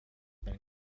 been